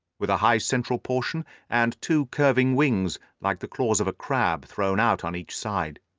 with a high central portion and two curving wings, like the claws of a crab, thrown out on each side.